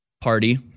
party